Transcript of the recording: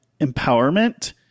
empowerment